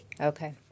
Okay